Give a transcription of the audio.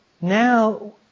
Now